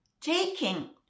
taking